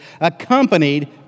accompanied